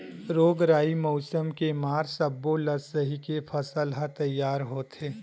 रोग राई, मउसम के मार सब्बो ल सहिके फसल ह तइयार होथे